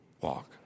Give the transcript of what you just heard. walk